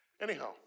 Anyhow